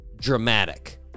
dramatic